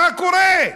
מה קורה?